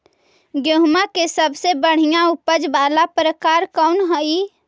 गेंहूम के सबसे बढ़िया उपज वाला प्रकार कौन हई?